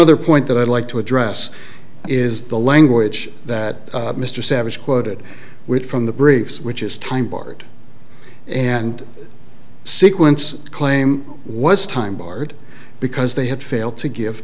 other point that i'd like to address is the language that mr savage quoted with from the briefs which is time barred and sequence claim was time barred because they had failed to gi